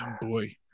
Boy